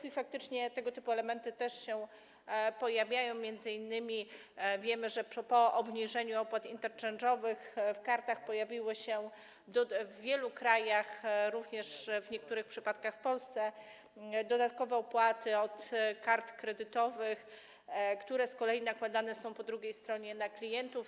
I faktycznie tego typu elementy też się pojawiają, m.in. wiemy, że po obniżeniu opłat interchange’owych w kartach pojawiły się w wielu krajach, również w niektórych przypadkach w Polsce, dodatkowe opłaty od kart kredytowych, które z kolei nakładane są po drugiej stronie na klientów.